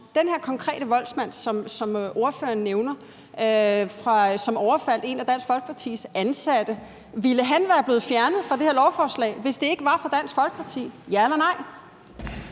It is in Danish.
som ordføreren nævner, og som overfaldt en af Dansk Folkepartis ansatte. Ville han være blevet fjernet fra det her lovforslag, hvis ikke det var for Dansk Folkeparti – ja eller nej?